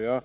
Jag